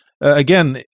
Again